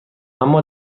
اما